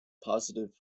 positive